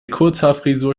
kurzhaarfrisur